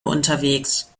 unterwegs